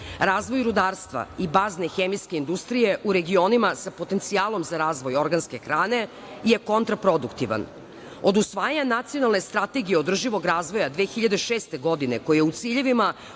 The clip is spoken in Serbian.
Razvoj rudarstva i bazne hemijske industrije u regionima sa potencijalom za razvoj organske hrane je kontraproduktivan. Od usvajanja Nacionalne strategije održivog razvoja 2006. godine, koja je u ciljevima